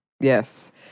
Yes